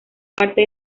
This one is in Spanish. parte